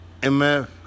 MF